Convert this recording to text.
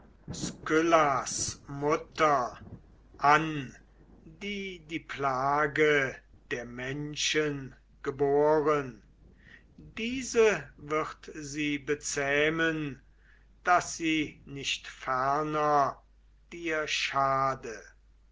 mutter an die die plage der menschen geboren diese wird sie bezähmen daß sie nicht ferner dir schade